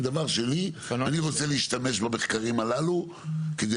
דבר שני אני רוצה להשתמש במחקרים הללו כדי